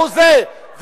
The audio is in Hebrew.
והוזה,